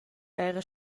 era